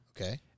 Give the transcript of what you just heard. Okay